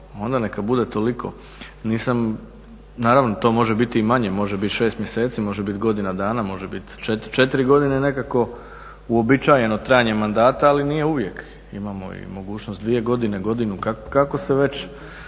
onda neka bude toliko. Nisam, naravno to može biti i manje, može bit 6 mjeseci, može bit godina dana, može bit četiri godine. Nekako uobičajeno trajanje mandata, ali nije uvijek. Imamo i mogućnost dvije godine, godinu kako se već